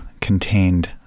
contained